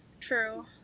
true